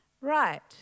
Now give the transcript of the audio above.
right